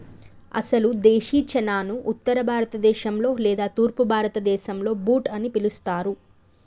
అసలు దేశీ చనాను ఉత్తర భారత దేశంలో లేదా తూర్పు భారతదేసంలో బూట్ అని పిలుస్తారు